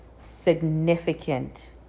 significant